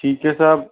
ठीक है सर